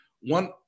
One